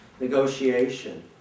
negotiation